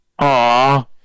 Aww